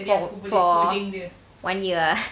for for one year ah